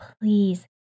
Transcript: please